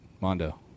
Mondo